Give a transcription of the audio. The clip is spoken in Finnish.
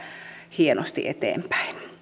hienosti eteenpäin